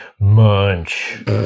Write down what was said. munch